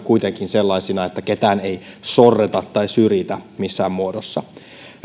kuitenkin sellaisina että ketään ei sorreta tai syrjitä missään muodossa